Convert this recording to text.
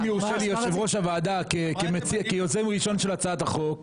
אם יורשה לי יושב ראש הוועדה כיוזם ראשון של הצעת החוק,